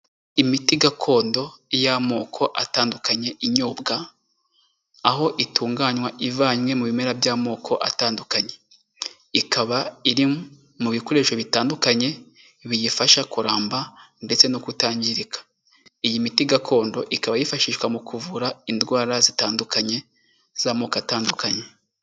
Imiti gakondo y'amoko atandukanye inyobwa, aho itunganywa ivanywe mu bimera by'amoko atandukanye. Ikaba iri mu bikoresho bitandukanye biyifasha kuramba ndetse no kutangirika, iyi miti gakondo ikaba yifashishwa mu kuvura indwara zitandukanye z'amoko atandukanye.